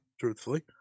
truthfully